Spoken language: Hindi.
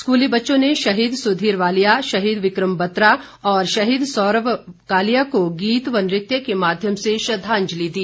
स्कूली बच्चों ने शहीद सुधीर वालिया शहीद विक्रम बत्रा और शहीद सौरव कालिया को गीत व नृत्य के माध्यम से श्रद्दांजलि दी